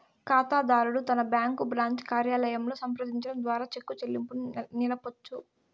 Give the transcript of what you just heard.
కాతాదారుడు తన bank branch కార్యాలయంలో సంప్రదించడం ద్వారా చెక్కు చెల్లింపుని నిలపొచ్చు